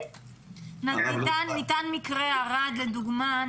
ניתן מקרה ערד לדוגמה.